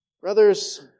Brothers